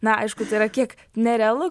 na aišku tai yra kiek nerealu